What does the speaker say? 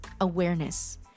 awareness